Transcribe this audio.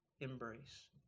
embrace